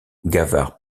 gavard